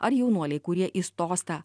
ar jaunuoliai kurie įstos ta